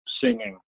singing